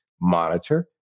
monitor